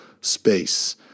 space